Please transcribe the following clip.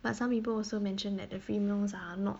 but some people also mentioned that the free meals are not